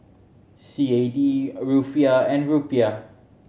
C A D Rufiyaa and Rupiah